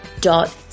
dot